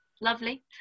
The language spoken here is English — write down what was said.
lovely